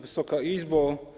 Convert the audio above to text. Wysoka Izbo!